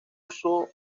uso